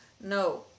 no